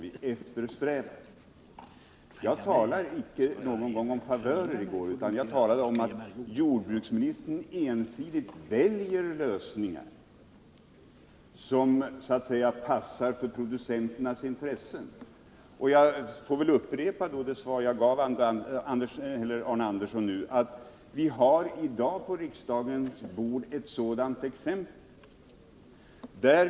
I går talade jag icke någon gång om favörer, utan om att jordbruksministern ensidigt väljer lösningar som så att säga passar för producenternas intressen. Jag får väl upprepa det svar jag gav Arne Andersson nu. Vi har i dag på riksdagens bord ett sådant exempel.